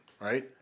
right